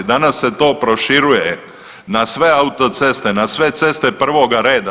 Danas se to proširuje na sve autoceste, na sve ceste prvoga reda.